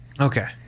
Okay